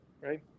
Right